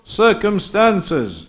circumstances